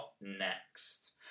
next